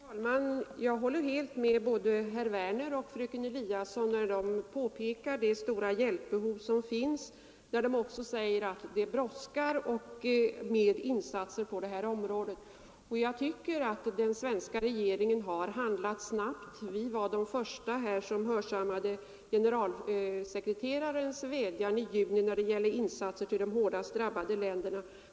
Herr talman! Jag håller helt med både herr Werner i Malmö och fröken Eliasson när de pekar på de stora hjälpbehov som finns och även säger att det brådskar med insatser på det här området. Jag tycker att den svenska regeringen har handlat snabbt. Vi var de första som hörsammade generalsekreterarens vädjan i juni rörande insatser till de hårdast drabbade länderna.